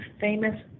famous